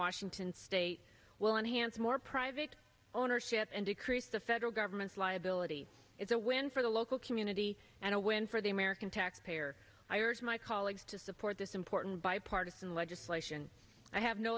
washington state will enhance more private ownership and decrease the federal government's liability is a win for the local community and a win for the american taxpayer i urge my colleagues to support this important bipartisan legislation i have no